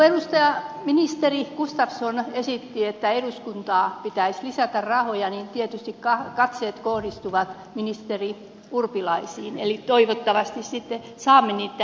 kun ministeri gustafsson esitti että eduskunnan pitäisi lisätä rahoja niin tietysti katseet kohdistuvat ministeri urpilaiseen eli toivottavasti sitten saamme niitä lisämäärärahoja